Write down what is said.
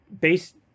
based